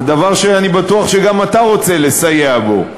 זה דבר שאני בטוח שגם אתה רוצה לסייע בו.